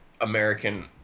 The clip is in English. American